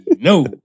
no